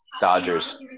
Dodgers